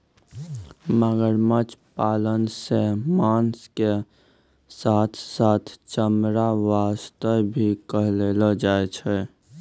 मगरमच्छ पालन सॅ मांस के साथॅ साथॅ चमड़ा वास्तॅ ही करलो जाय छै